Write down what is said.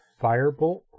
Firebolt